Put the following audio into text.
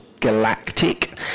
galactic